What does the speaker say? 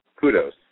kudos